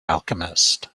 alchemist